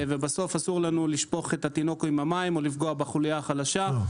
אסור לנו לשפוך את התינוק עם המים או לפגוע בחוליה החלשה.